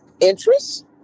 interest